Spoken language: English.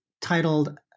titled